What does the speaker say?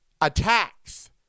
attacks